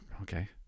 okay